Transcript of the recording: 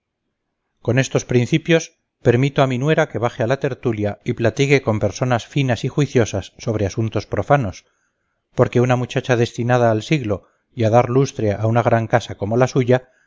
con estos principios permito a mi nuera que baje a la tertulia y platique con personas finas y juiciosas sobre asuntos profanos porque una muchacha destinada al siglo y a dar lustre a una gran casa como la suya